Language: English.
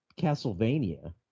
castlevania